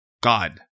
God